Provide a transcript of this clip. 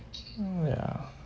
mm ya